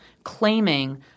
claiming